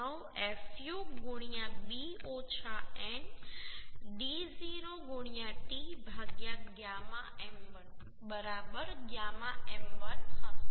9fu b ઓછા n d0 t γ m1 બરાબર γ m1 હશે